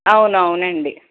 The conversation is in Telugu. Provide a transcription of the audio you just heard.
అవును అవునండి